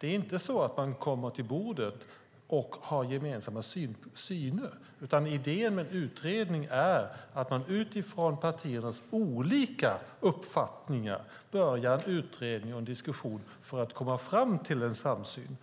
Det är inte så att man kommer till bordet och har gemensamma syner, utan idén med en utredning är att man utifrån partiernas olika uppfattningar börjar en utredning och en diskussion för att komma fram till en samsyn.